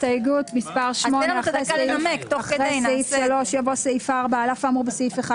הסתייגות מספר 8. אחרי סעיף 3 יבוא סעיף 4. "על אף האמור בסעיף 1,